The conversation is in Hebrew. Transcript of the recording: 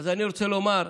אז אני רוצה לומר,